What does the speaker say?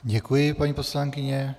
Děkuji, paní poslankyně.